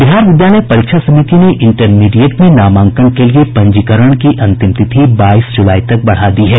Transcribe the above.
बिहार विद्यालय परीक्षा समिति ने इंटरमीडिएट में नामांकन के लिये पंजीकरण की अंतिम तिथि बाईस जुलाई तक बढ़ा दी है